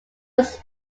its